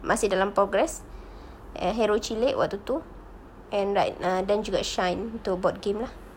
masih dalam progress and hero cilik waktu itu and like then juga shine untuk board game lah